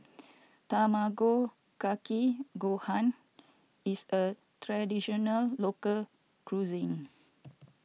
Tamago Kake Gohan is a Traditional Local Cuisine